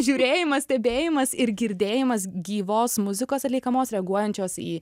žiūrėjimas stebėjimas ir girdėjimas gyvos muzikos atliekamos reaguojančios į